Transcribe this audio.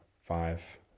five